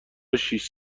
شیش